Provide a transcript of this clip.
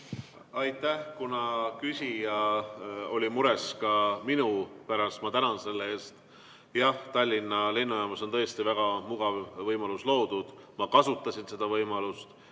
Aitäh! Kuna küsija oli mures ka minu pärast, siis ma tänan selle eest. Jah, Tallinna lennujaamas on tõesti väga mugav testimisvõimalus loodud. Ma kasutasin seda võimalust